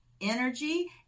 energy